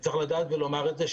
וצריך לדעת ולומר את זה,